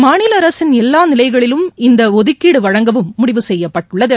மாநில அரசின் எல்லாநிலைகளிலும் இந்த ஒதுக்கீடு வழங்கவும் என்றும் முடிவு செய்யப்பட்டுள்ளது